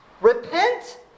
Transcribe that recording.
repent